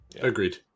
agreed